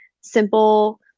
simple